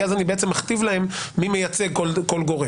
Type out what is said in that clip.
כי אז אני מכתיב להם מי מייצג כל גורם.